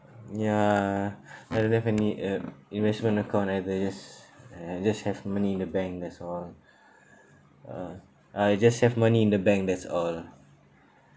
ya I don't have any uh investment account either yes uh just have money in the bank that's all uh I just have money in the bank that's all